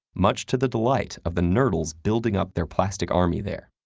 much to the delight of the nurdles, building up their plastic army there.